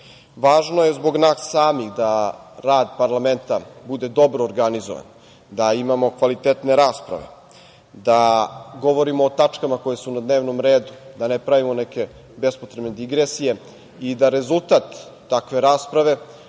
je zbog nas samih da rad parlamenta bude dobro organizovan, da imamo kvalitetne rasprave, da govorimo o tačkama koje su na dnevnom redu, da ne pravimo neke bespotrebne digresije i da rezultat takve rasprave